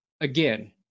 again